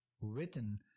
written